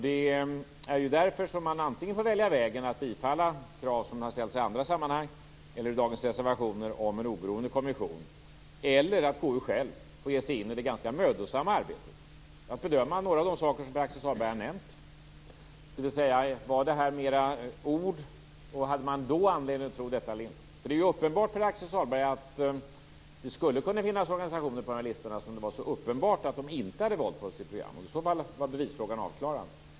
Det är därför som man får välja antingen vägen att bifalla de krav som har ställts i andra sammanhang och i dessa reservationer om en oberoende kommission, eller vägen att KU självt får ge sig in i det ganska mödosamma arbetet att bedöma några av de saker som Pär-Axel Sahlberg har nämnt, dvs. om det här var mera ord och om man då hade anledning att tro detta eller inte. Det är uppenbart att det skulle kunna finnas organisationer på dessa listor som inte hade våld på sitt program. I så fall var bevisfrågan avklarad.